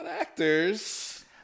actors